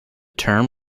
term